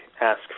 ask